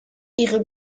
ihre